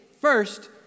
first